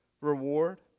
reward